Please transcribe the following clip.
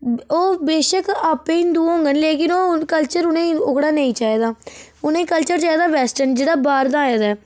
ओह् बेशक्क आपूं हिंदु होंगन लेकिन ओह् कल्चर उ'नेंगी ओह्कड़ा नेईं चाहिदा उनेंगी कल्चर चाहिदा वेस्टर्न जेह्ड़ा बाहर दा आए दा ऐ